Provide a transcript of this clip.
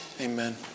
Amen